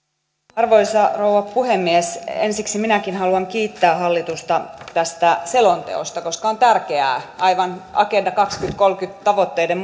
arvoisa rouva puhemies ensiksi minäkin haluan kiittää hallitusta tästä selonteosta koska on tärkeää aivan agenda kaksituhattakolmekymmentän tavoitteiden